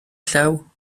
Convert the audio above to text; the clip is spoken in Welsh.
llaw